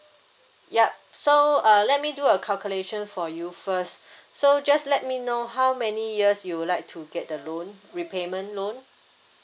yup so uh let me do a calculation for you first so just let me know how many years you would like to get the loan repayment loan